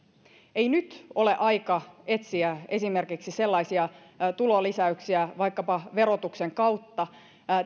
ei nyt ole aika etsiä esimerkiksi tulonlisäyksiä vaikkapa verotuksen kautta